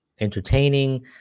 entertaining